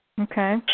Okay